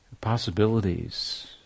possibilities